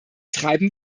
treiben